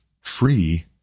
free